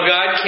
God